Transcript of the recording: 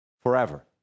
forever